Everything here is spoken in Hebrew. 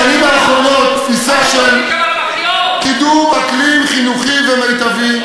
מערכת החינוך מקדמת בשנים האחרונות תפיסה של קידום אקלים חינוכי ומיטבי,